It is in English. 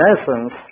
essence